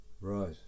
Right